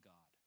God